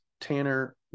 Tanner